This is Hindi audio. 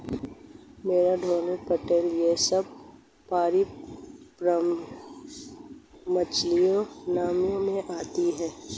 बेड़ा डोंगी पटेल यह सब पारम्परिक मछियारी नाव में आती हैं